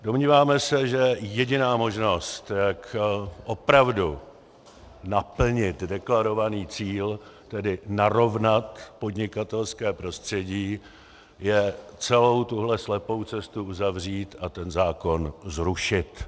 Domnívám se, že jediná možnost, jak opravdu naplnit deklarovaný cíl, tedy narovnat podnikatelské prostředí, je celou tuhle slepou cestu uzavřít a ten zákon zrušit.